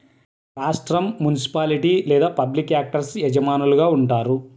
రాష్ట్రం, మునిసిపాలిటీ లేదా public actors యజమానులుగా ఉంటారు